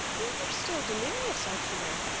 you are still delirious, i fear.